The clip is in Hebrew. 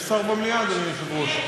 יש שר במליאה, אדוני היושב-ראש?